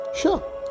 Sure